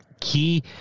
key